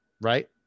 right